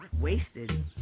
wasted